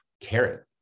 carrot